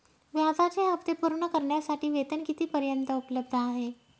व्याजाचे हप्ते पूर्ण करण्यासाठी वेतन किती पर्यंत उपलब्ध आहे?